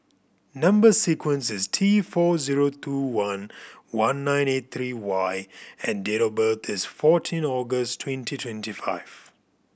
number sequence is T four zero two one one nine eight three Y and date of birth is fourteen August twenty twenty five